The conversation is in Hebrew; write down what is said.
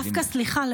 סליחה,